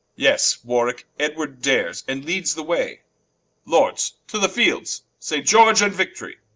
yes warwicke, edward dares, and leads the way lords to the field saint george, and victorie.